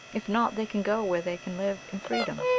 if not, they can go where they can live in freedom.